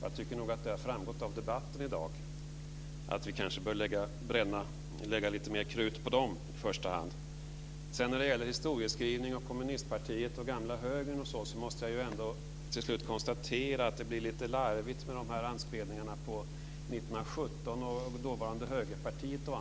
Jag tycker att det har framgått av debatten i dag att vi i första hand bör lägga lite mer krut på dem. Sedan var det historieskrivning, kommunistpartiet och gamla högern. Vi måste ändå till slut konstatera att det blir lite larvigt med anspelningarna på 1917 och dåvarande högerpartiet.